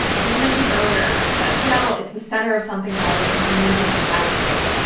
we mentioned earlier that seattle, it's the center of something called a community outbreak.